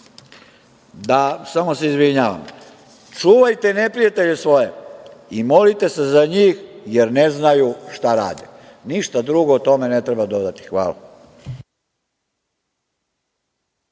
rekao i sledeće: „Čuvajte neprijatelje svoje i molite se za njih, jer ne znaju šta rade“. Ništa drugo tome ne treba dodati. Hvala.